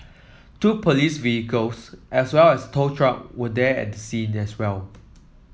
two police vehicles as well as tow truck would there at the scene as well